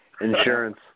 Insurance